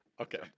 Okay